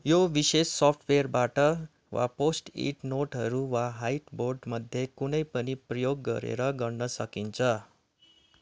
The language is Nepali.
यो विशेष सफ्टवेयरबाट वा पोस्ट इट नोटहरू वा हाइक बोर्डमध्ये कुनै पनि प्रेयोग गरेर गर्न सकिन्छ